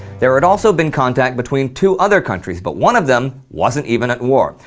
there had also been contact between two other countries, but one of them wasn't even at war.